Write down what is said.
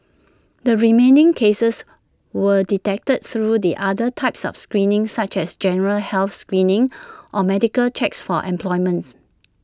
the remaining cases were detected through the other types of screening such as general health screening or medical checks for employments